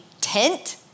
tent